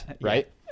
right